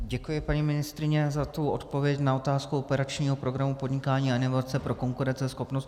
Děkuji, paní ministryně, za odpověď na otázku operačního programu Podnikání a inovace pro konkurenceschopnost.